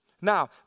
Now